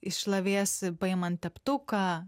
išlavės paimant teptuką